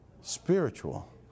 spiritual